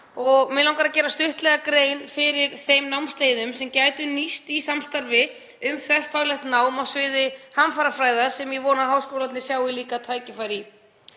og mig langar að gera stuttlega grein fyrir þeim námsleiðum sem gætu nýst í samstarfi við þverfaglegt nám á sviði hamfarafræða, sem ég vona að háskólarnir sjái líka tækifæri í.